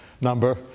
number